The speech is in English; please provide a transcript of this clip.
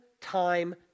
time